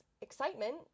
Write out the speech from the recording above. excitement